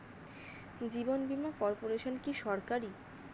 জীবন বীমা কর্পোরেশন কি সরকারি?